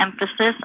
emphasis